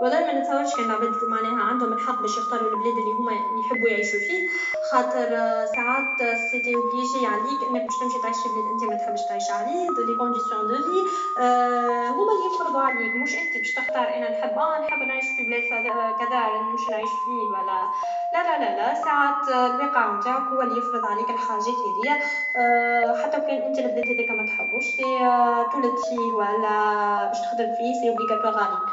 والله منتصورش كان لعباد معناها عندهم الحق باش يختارو لي هما يحبو يعيشو فيه خاطر ساعات ستي اوبليجي عليك باش انك تمشي تعيش فبلاد متحيش تعيش عليه دو لي كونديسيون دو في هما لي يفرضو عليك موش انت باش تختار ان نحب نعيش في بلاد كذا نمشي نعيش فيه و لا لالالا ساعات الواقع نتاعك هو لي يفرض عليك ذيك الحاجات هذيه حتى لكان انتي لبلاد هذاك متحبوش سي تولدت فيه والا باش تخدم فيه سي اوبليجاطوار عليك